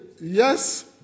Yes